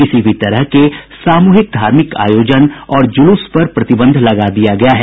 किसी भी तरह के सामूहिक धार्मिक आयोजन और जुलूस पर प्रतिबंध लगा दिया गया है